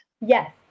Yes